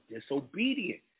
disobedient